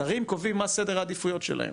שרים קובעים מה סדר העדיפויות שלהם.